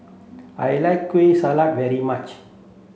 I like Kueh Salat very much